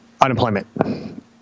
unemployment